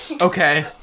Okay